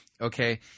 okay